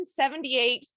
178